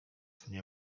mnie